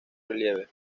relieve